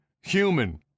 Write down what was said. human